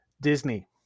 Disney